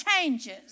changes